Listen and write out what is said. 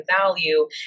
value